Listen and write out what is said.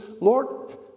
Lord